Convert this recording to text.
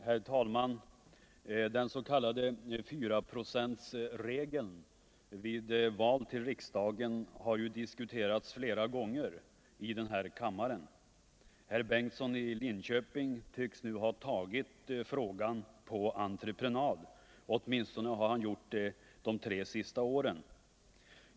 Herr talman! Den s.k. 4-procentsregeln vid val till riksdagen har ju diskuterats flera gånger i den här kammaren. Herr Berndtson tycks ha tagit frågan på entreprenad — åtminstone har han tagit upp frågan under de tre senaste åren.